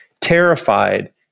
terrified